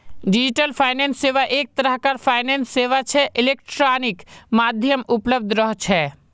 digital finance सेवा एक तरह कार फाइनेंस सेवा छे इलेक्ट्रॉनिक माध्यमत उपलब्ध रह छे